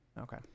Okay